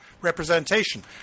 representation